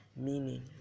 meaning